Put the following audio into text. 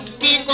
da